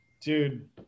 Dude